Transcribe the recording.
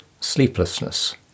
sleeplessness